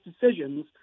decisions